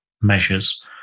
measures